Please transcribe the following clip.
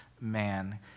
man